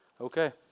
okay